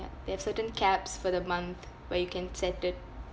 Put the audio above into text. ya there're certain caps for the month where you can set it